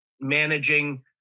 managing